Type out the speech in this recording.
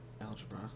Algebra